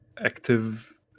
active